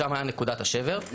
שם הייתה נקודת השבר,